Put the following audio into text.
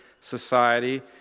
society